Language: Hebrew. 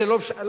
תגיש.